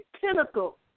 pinnacle